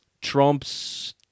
Trump's